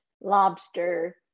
lobster